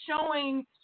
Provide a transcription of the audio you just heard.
showing